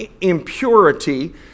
impurity